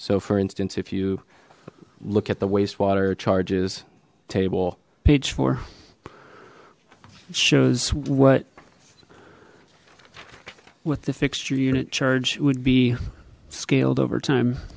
so for instance if you look at the wastewater or charges table page four it shows what what the fixture unit charge would be scaled over time